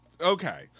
Okay